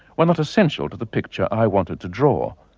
were not essential to the picture i wanted to draw.